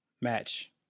match